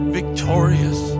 victorious